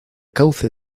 cauce